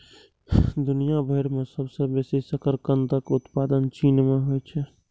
दुनिया भरि मे सबसं बेसी शकरकंदक उत्पादन चीन मे होइ छै